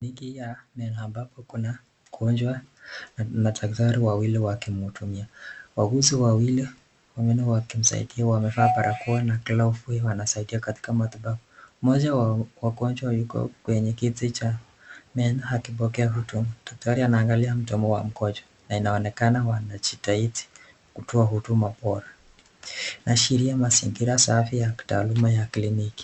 Hiki ya na ni ambapo kuna mgonjwa na daktari wawili wakimhudumia. Wauguzi wawili pengine wakimsaidia wamevaa barakoa na glovu wanasaidia katika matibabu. Moja ya wagonjwa yuko kwenye kiti cha meno akipokea huduma. Daktari anaangalia mdomo wa mgonjwa na inaonekana wanajitahidi kutoa huduma bora. Inaashiria mazingira safi ya kitaaluma ya kliniki.